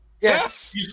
Yes